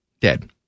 Dead